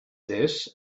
this